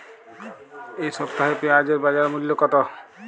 এ সপ্তাহে পেঁয়াজের বাজার মূল্য কত?